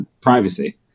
privacy